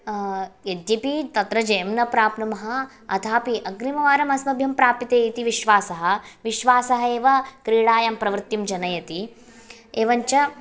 यद्यपि तत्र जयं न प्राप्नुमः अथापि अग्रिमवारम् अस्मभ्यं प्राप्यते इति विश्वासः विश्वासः एव क्रीडायां प्रवृत्तिं जनयति एवं च